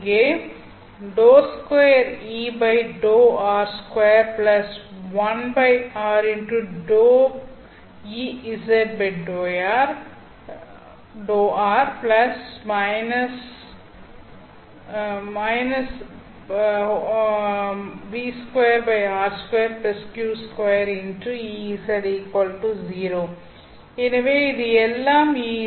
இங்கே எனவே இது எல்லாம் Ez